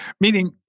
Meaning